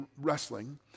wrestling